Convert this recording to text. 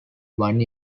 one